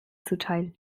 zuteil